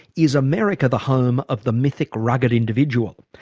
is america the home of the mythic rugged individual?